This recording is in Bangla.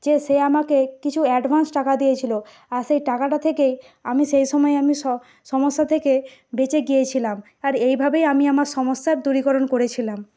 যে সে আমাকে কিছু অ্যাডভান্স টাকা দিয়েছিল আর সেই টাকাটা থেকে আমি সেই সময় আমি সমস্যা থেকে বেঁচে গিয়েছিলাম আর এইভাবেই আমি আমার সমস্যার দূরীকরণ করেছিলাম